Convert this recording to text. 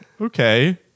okay